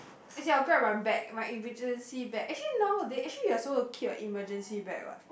as in I'll grab my bag my emergency bag actually nowaday actually you are supposed to keep a emergency bag what